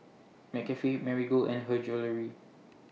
McCafe Marigold and Her Jewellery